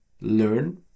learn